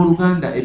Uganda